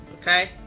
okay